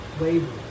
labor